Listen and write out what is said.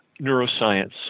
neuroscience